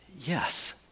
Yes